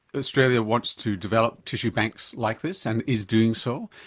australia wants to develop tissue banks like this and is doing so.